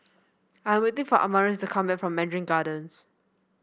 I am waiting for Amaris to come back from Mandarin Gardens